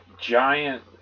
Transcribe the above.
giant